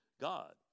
God